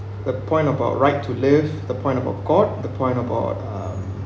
the point about right to live the point of god the point of uh